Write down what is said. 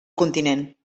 continent